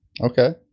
Okay